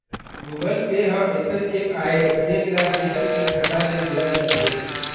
Google Pay ह अइसन app आय जेन ला बेंक के खाता ले जोड़े जाथे